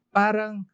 parang